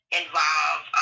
involve